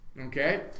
Okay